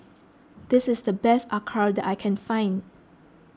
this is the best Acar that I can find